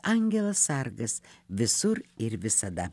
angelas sargas visur ir visada